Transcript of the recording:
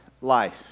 life